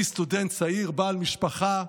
אני, סטודנט צעיר, בעל משפחה,